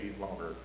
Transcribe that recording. longer